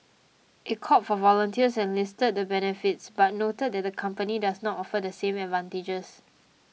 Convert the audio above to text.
it called for volunteers and listed the benefits but noted that the company does not offer the same advantages